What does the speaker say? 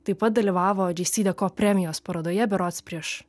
taip pat dalyvavo džesideko premijos parodoje berods prieš